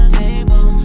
table